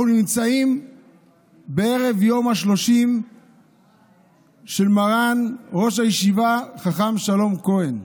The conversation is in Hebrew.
אנחנו נמצאים בערב יום ה-30 של מר"ן ראש הישיבה חכם שלום כהן,